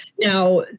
Now